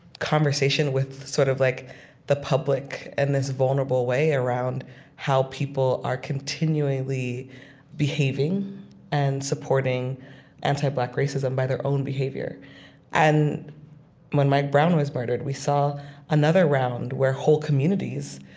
conversation with sort of like the public in and this vulnerable way around how people are continually behaving and supporting anti-black racism by their own behavior and when mike brown was murdered, we saw another round where whole communities,